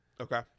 Okay